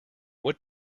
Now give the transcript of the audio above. what